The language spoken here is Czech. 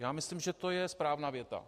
Já myslím, že to je správná věta.